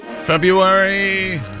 February